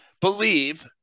believe